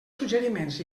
suggeriments